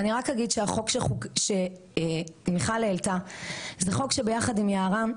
אני רק אגיד שהחוק שמיכל העלתה זה חוק שביחד עם יערה,